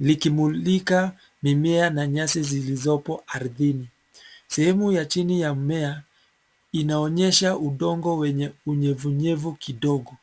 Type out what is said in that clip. likimulika mimea na nyasi zilizopo ardhini, sehemu ya chini ya mmea inaonyesha udongo wenye unyevunyevu kidogo.